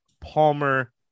Palmer